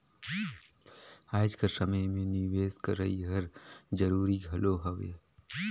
आएज कर समे में निवेस करई हर जरूरी घलो हवे